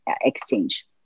exchange